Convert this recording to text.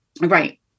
Right